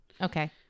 Okay